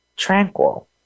tranquil